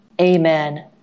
Amen